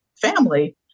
family